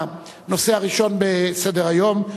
לנושא הראשון בסדר-היום,